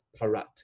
Parat